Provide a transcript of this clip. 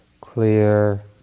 clear